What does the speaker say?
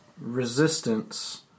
Resistance